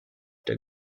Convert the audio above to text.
der